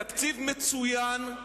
תקציב מצוין,